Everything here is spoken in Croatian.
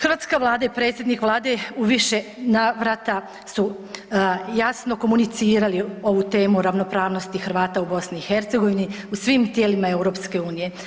Hrvatska Vlada i predsjednik Vlade u više navrata su jasno komunicirali ovu temu o ravnopravnosti Hrvata u BiH u svim tijelima EU.